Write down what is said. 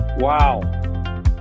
Wow